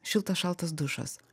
šiltas šaltas dušas